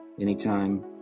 anytime